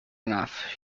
enough